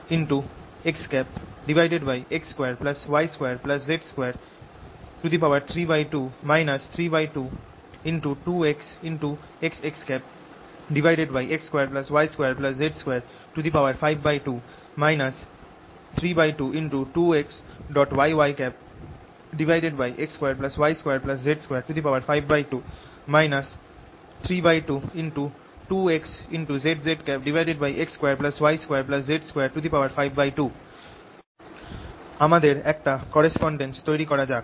mx∂x mx∂xxxyyzzx2y2z232 mxxx2y2z232 322xxxx2y2z252 322xyyx2y2z252 322xzzx2y2z252 আমাদের একটা correspondence তৈরি করা যাক